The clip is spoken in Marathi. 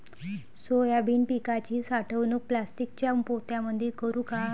सोयाबीन पिकाची साठवणूक प्लास्टिकच्या पोत्यामंदी करू का?